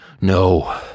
no